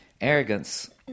arrogance